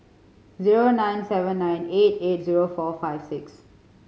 zero nine seven nine eight eight zero four five six